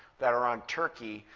that are on turkey,